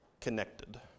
connected